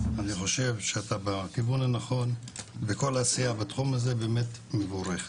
אני חושב שאתה בכיוון הנכון וכל העשייה בתחום הזה באמת מבורכת.